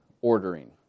ordering